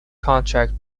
contract